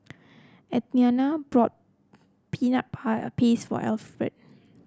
Athena bought Peanut Paste for Alferd